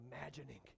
imagining